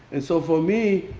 and so, for me,